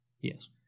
Yes